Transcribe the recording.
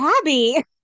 Abby